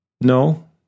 No